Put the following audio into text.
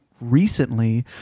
recently